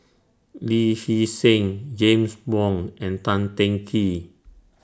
Lee Hee Seng James Wong and Tan Teng Kee